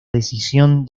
decisión